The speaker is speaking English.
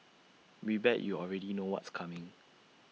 we bet you already know what's coming